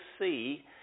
see